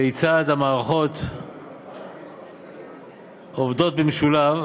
כיצד המערכות עובדות במשולב: